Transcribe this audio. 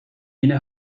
yeni